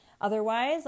Otherwise